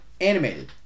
animated